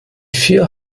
vier